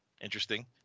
interesting